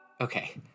Okay